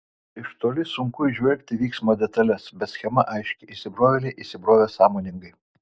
iš toli sunku įžvelgti vyksmo detales bet schema aiški įsibrovėliai įsibrovė sąmoningai